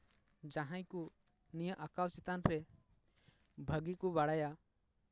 ᱡᱟᱦᱟᱸᱭ ᱠᱚ ᱱᱤᱭᱟᱹ ᱟᱸᱠᱟᱣ ᱪᱮᱛᱟᱱ ᱨᱮ ᱵᱷᱟᱹᱜᱤ ᱠᱚ ᱵᱟᱲᱟᱭᱟ